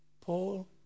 Paul